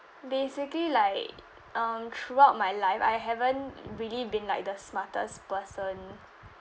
basically like um throughout my life I haven't really been like the smartest person